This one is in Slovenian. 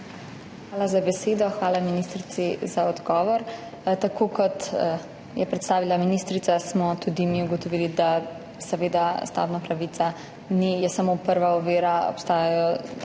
Hvala za besedo. Hvala ministrici za odgovor. Tako kot je predstavila ministrica, smo tudi mi ugotovili, da je stavbna pravica samo prva ovira, obstajajo